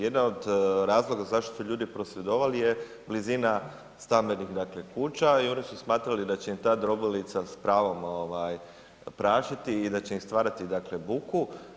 Jedan od razloga zašto su ljudi prosvjedovali je blizina stambenih dakle kuća i oni su smatrali da će im ta drobilica, s pravom, prašiti i da će im stvarati dakle buku.